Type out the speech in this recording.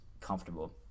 comfortable